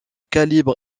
calibre